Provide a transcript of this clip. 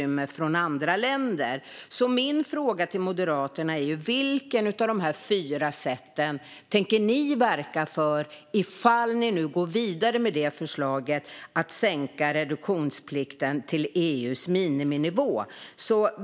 Min fråga till Moderaterna är vilket av dessa fyra sätt ni tänker verka för ifall ni nu går vidare med förslaget om att sänka reduktionsplikten till EU:s miniminivå.